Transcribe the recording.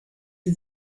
sie